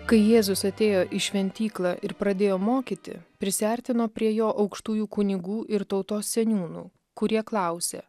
kai jėzus atėjo į šventyklą ir pradėjo mokyti prisiartino prie jo aukštųjų kunigų ir tautos seniūnų kurie klausė